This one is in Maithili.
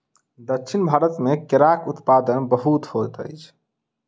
दक्षिण भारत मे केराक उत्पादन बहुत होइत अछि